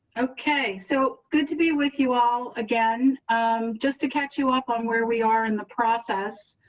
okay, so good to be with you all again um just to catch you up on where we are in the process